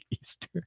easter